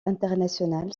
internationale